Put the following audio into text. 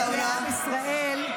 לעם ישראל --- חבר הכנסת עטאונה,